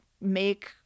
make